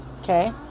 okay